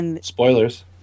spoilers